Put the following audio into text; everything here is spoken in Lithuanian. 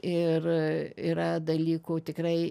ir yra dalykų tikrai